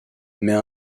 mais